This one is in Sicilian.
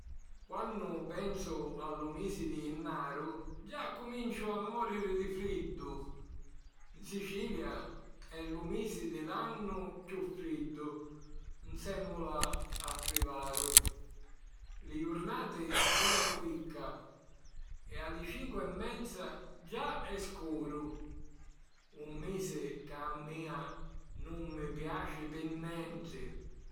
Quannu pensu a lu misi di Jinnaru già accuminciu a mòriri di friddu. 'N Sicilia è lu misi di l'annu chiù friddu, nsèmmula a frivaru. Li jurnati dùranu picca e a li cincu e menza già è scuru. Un misi ca a mia nun mi piaci pi nenti.